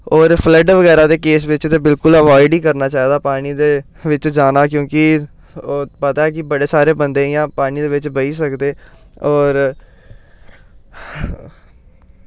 होर फ्लड बगैरा दे केस बिच ते बिल्कुल अवॉयड ई करना चाहिदा पानी दे बिच जाना क्योंकि पता कि बड़े सारे बंदे इ'यां पानी दे बिच बही सकदे होर